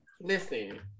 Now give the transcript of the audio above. Listen